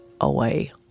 away